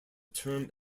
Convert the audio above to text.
term